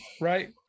Right